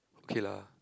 okay lah